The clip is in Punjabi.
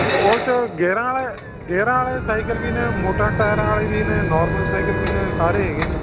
ਉਹ 'ਚ ਗੇਰਾਂ ਵਾਲੇ ਗੇਰਾਂ ਵਾਲੇ ਸਾਈਕਲ ਵੀ ਨੇ ਮੋਟੇ ਟਾਇਰਾਂ ਵਾਲੇ ਵੀ ਨੇ ਨੋਰਮਲ ਸਾਈਕਲ ਵੀ ਨੇ ਸਾਰੇ ਹੈਗੇ ਨੇ